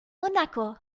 monaco